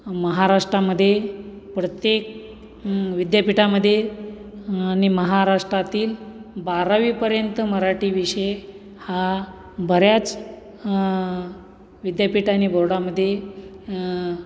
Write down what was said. महाराष्ट्रामध्ये प्रत्येक विद्यापीठामध्ये आणि महाराष्ट्रातील बारावीपर्यंत मराठी विषय हा बऱ्याच विद्यापीठ आणि बोर्डामध्ये